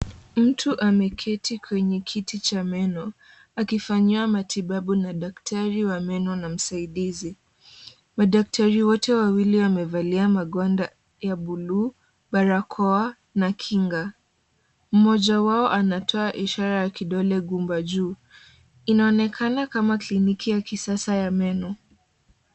Mtu ameketi kwenye kiti cha meno, akifanyiwa matibabu na daktari wa meno na msaidizi. Madaktari wote wawili wamevalia magwanda ya buluu, barakoa na kinga. Mmoja wao anatoa ishara kidole gumba juu. Inaonekana kama kliniki ya kisasa ya meno.